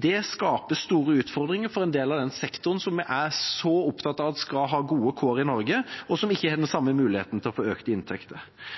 Det skaper store utfordringer for en del av den sektoren som vi er så opptatt av at skal ha gode kår i Norge, og som ikke har den